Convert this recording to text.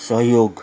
सहयोग